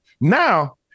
Now